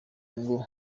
ngo